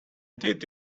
did